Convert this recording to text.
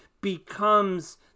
becomes